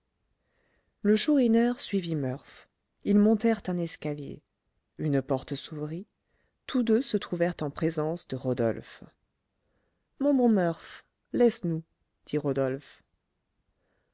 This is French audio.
le chourineur suivit murph ils montèrent un escalier une porte s'ouvrit tous deux se trouvèrent en présence de rodolphe mon bon murph laisse-nous dit rodolphe